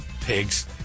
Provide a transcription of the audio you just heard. Pigs